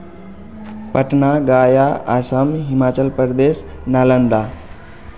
Patna Gaya Assam Himachal Pradesh Nalanda